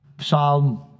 Psalm